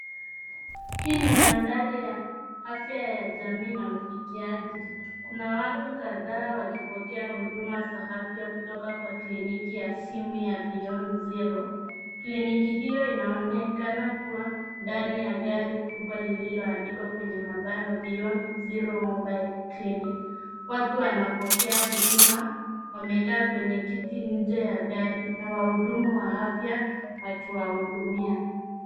Hii ni mandhari ya afya ya jamii na ufikiaji. Kuna watu kadhaa wakipokea huduma za afya kutoka kliniki ya simu ya Beyond Zero. Kliniki hiyo inaonekana kuwa ndani ya gari kubwa lililoandikwa kwenye mabano Beyond Zero Mobile Clinic. Watu wanapokea huduma, wamekaa kwenye kiti nje ya gari na wahudumu wa afya wakiwahudumia.